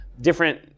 different